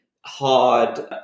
hard